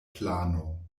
plano